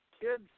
kids